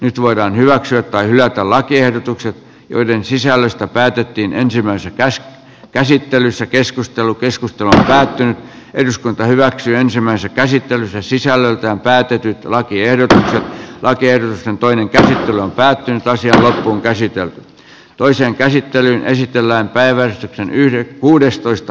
nyt voidaan hyväksyä tai hylätä lakiehdotukset joiden sisällöstä päätettiin ensimmäisessä käsittelyssä keskustelu keskustelu käytiin eduskunta hyväksyi ensimmäisen käsittelyn se sisällöltään päätetyt lakien myötä kaikkien toinen käsittely on päättynyt ja asia on käsitelty toisen käsittelyn esitellään päivän yhden kuudestoista